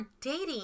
dating